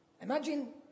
Imagine